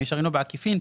במישרין או בעקיפין,